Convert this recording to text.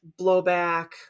blowback